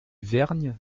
vergnes